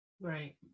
Right